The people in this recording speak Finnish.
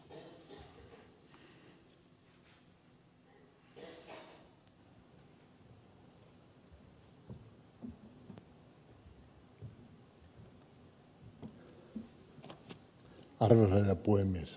arvoisa herra puhemies